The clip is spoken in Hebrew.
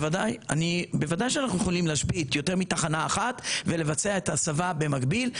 בוודאי שאנחנו יכולים להשבית יותר מתחנה אחת ולבצע את ההסבה במקביל.